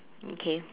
okay